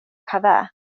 calvert